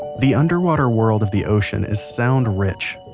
the underwater world of the ocean is sound rich,